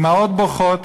אימהות בוכות,